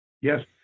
Yes